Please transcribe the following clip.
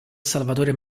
salvatore